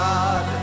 God